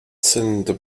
cylinder